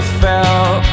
felt